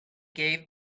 gave